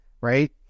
right